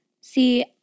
See